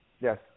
Yes